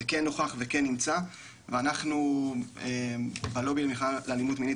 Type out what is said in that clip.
זה כן נוכח וכן נמצא ואנחנו בלובי למלחמה באלימות מינית